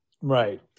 right